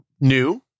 new